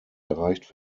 erreicht